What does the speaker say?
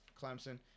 Clemson